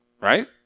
Right